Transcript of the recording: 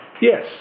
Yes